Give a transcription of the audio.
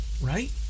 right